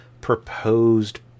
proposed